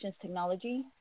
technology